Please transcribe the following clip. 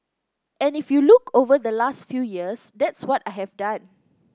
and if you look over the last few years that's what I have done